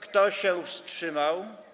Kto się wstrzymał?